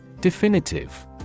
Definitive